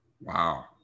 Wow